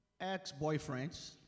ex-boyfriends